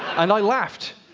and i laughed!